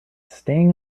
staying